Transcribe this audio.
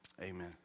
Amen